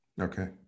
Okay